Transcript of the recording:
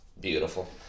beautiful